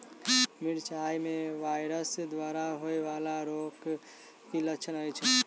मिरचाई मे वायरस द्वारा होइ वला रोगक की लक्षण अछि?